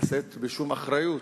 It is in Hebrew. לשאת בשום אחריות